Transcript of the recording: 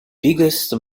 biggest